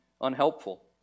unhelpful